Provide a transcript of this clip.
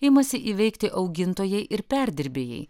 imasi įveikti augintojai ir perdirbėjai